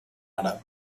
àrab